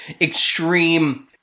extreme